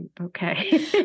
Okay